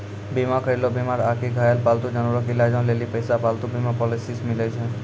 बीमा करैलो बीमार आकि घायल पालतू जानवरो के इलाजो लेली पैसा पालतू बीमा पॉलिसी से मिलै छै